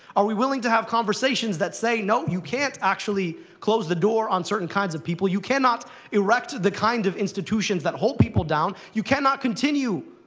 are we willing to have conversations that say, no, you can't actually close the door on certain kinds of people. you cannot erect the kind of institutions that hold people down. you cannot continue